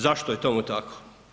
Zašto je tomu tako?